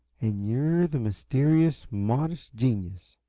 and you're the mysterious, modest genius!